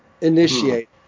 initiate